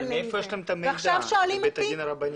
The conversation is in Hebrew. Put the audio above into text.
אבל מאיפה יש לכם את המידע מבית הדין הרבני?